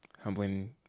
humbling